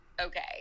Okay